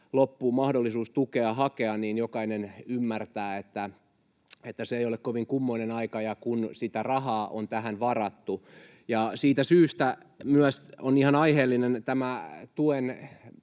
loppuu mahdollisuus tukea hakea, niin jokainen ymmärtää, että se ei ole kovin kummoinen aika. Ja kun sitä rahaa on tähän varattu, niin siitä syystä myös on ihan aiheellinen tämä tuen